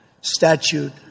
Statute